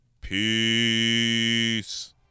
Peace